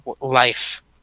life